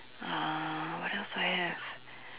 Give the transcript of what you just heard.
uh what else do I have